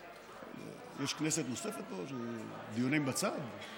יש כנסת נוספת, או שאלו דיונים בצד?